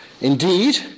Indeed